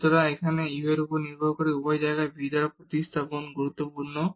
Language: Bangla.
সুতরাং এখানে u এর উপর নির্ভর করে উভয় জায়গায় v দ্বারা প্রতিস্থাপন গুরুত্বপূর্ণ